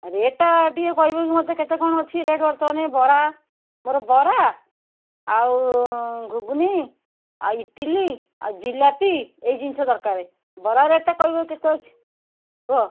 rate ଟିକିଏ କହିବେ ମୋତେ କେତେ କ'ଣ ଅଛି ରେଟ୍ ବର୍ତ୍ତମାନ ବରା ମୋର ବରା ଆଉ ଘୁଗୁନି ଆଉ ଇଟିଲି ଆଉ ଜିଲାପି ଏଇ ଜିନିଷ ଦରକାରେ ବରା ରେଟ୍ଟା କହିବ କେତେ ଅଛି କୁହ